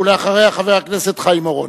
ואחריה, חבר הכנסת חיים אורון.